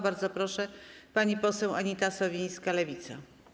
Bardzo proszę, pani poseł Anita Sowińska, Lewica.